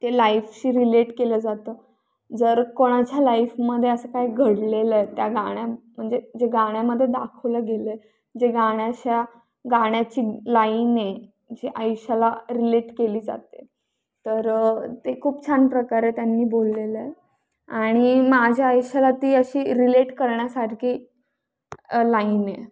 ते लाईफशी रिलेट केलं जातं जर कोणाच्या लाईफमध्ये असं काय घडलेलं आहे त्या गाण्या म्हणजे जे गाण्यामध्ये दाखवलं गेलं आहे जे गाण्याच्या गाण्याची लाईन आहे जी आयुष्याला रिलेट केली जाते तर ते खूप छान प्रकारे त्यांनी बोललेलं आहे आणि माझ्या आयुष्याला ती अशी रिलेट करण्यासारखी लाईन आहे